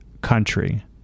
country